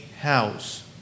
house